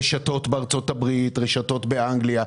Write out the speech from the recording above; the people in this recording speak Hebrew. רשתות בארצות הברית, רשתות באנגליה.